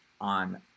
on